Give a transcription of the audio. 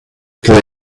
play